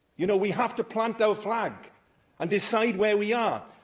you know we have to plant our flag and decide where we are.